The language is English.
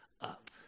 up